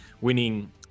winning